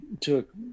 took